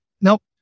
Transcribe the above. nope